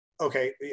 okay